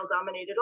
dominated